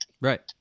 Right